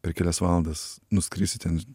per kelias valandas nuskrisi ten